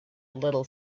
little